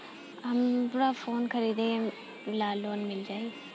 हमरा फोन खरीदे ला लोन मिल जायी?